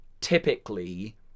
typically